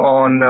on